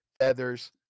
feathers